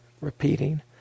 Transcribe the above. Repeating